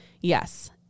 Yes